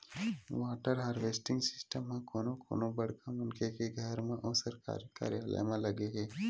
water harvesting system ह कोनो कोनो बड़का मनखे के घर म अउ सरकारी कारयालय म लगे हे